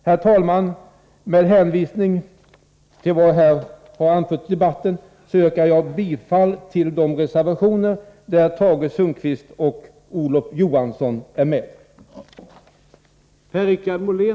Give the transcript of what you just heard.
Herr talman! Med hänvisning till vad jag nu anfört i debatten vill jag yrka bifall till de reservationer där Tage Sundkvists och Olof Johanssons namn finns med.